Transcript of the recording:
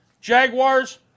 Jaguars